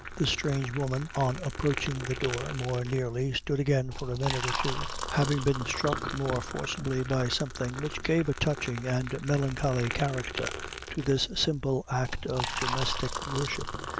the strange woman on approaching the door more nearly, stood again for a minute or two, having been struck more forcibly by something which gave a touching and melancholy character to this simple act of domestic worship.